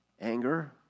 anger